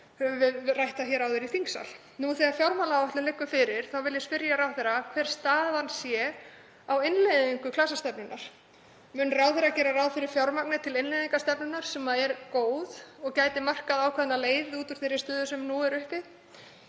við rætt það áður í þingsal. Nú þegar fjármálaáætlunin liggur fyrir vil ég spyrja ráðherra hver staðan sé á innleiðingu klasastefnunnar. Mun ráðherra gera ráð fyrir fjármagni til innleiðingar á stefnunni, sem er góð og gæti markað ákveðna leið út úr þeirri stöðu sem nú er uppi?